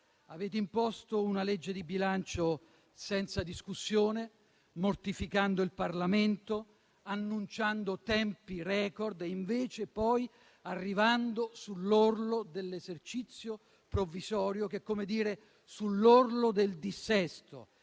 Avete imposto un disegno di legge di bilancio senza discussione, mortificando il Parlamento, annunciando tempi *record*, invece poi arrivando sull'orlo dell'esercizio provvisorio, che è come dire sull'orlo del dissesto.